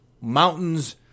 mountains